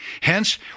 Hence